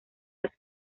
las